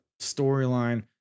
storyline